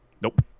nope